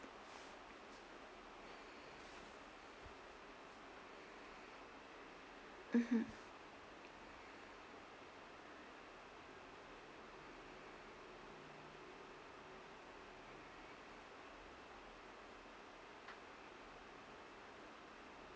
mmhmm